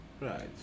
Right